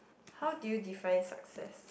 how did you define success